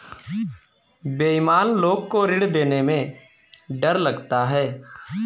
बेईमान लोग को ऋण देने में डर लगता है